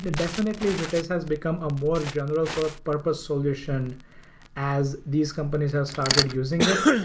definitely vitess has become a more general but purpose solution as these companies have started using it,